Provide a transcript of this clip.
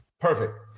Perfect